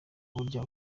burya